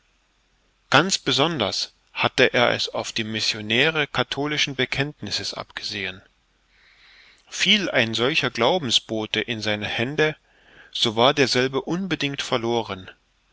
ganz besonders hatte er es auf die missionäre katholischen bekenntnisses abgesehen fiel ein solcher glaubensbote in seine hände so war derselbe unbedingt verloren